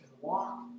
walk